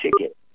ticket